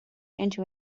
into